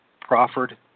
proffered